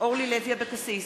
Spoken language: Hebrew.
אורלי לוי אבקסיס,